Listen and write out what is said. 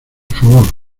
favor